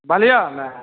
बढ़िऑंमे